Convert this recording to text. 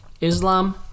Islam